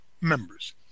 members